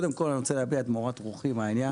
אני רוצה להביע את מורת רוחי מהעניין